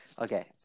Okay